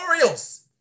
Orioles